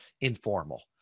informal